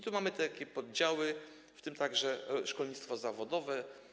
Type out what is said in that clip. Tu mamy takie poddziały, w tym także szkolnictwo zawodowe.